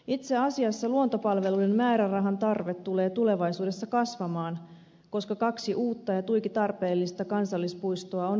itse asiassa luontopalveluiden määrärahan tarve tulevaisuudessa kasvaa koska kaksi uutta ja tuiki tarpeellista kansallispuistoa on valmisteilla